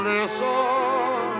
Listen